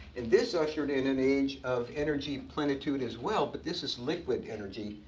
and this ushered in an age of energy plenitude as well, but this is liquid energy,